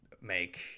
make